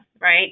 right